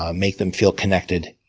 um make them feel connected?